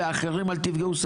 באחרים אל תפגעו.